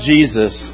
Jesus